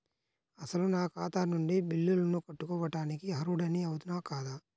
అసలు నా ఖాతా నుండి బిల్లులను కట్టుకోవటానికి అర్హుడని అవునా కాదా?